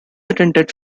attended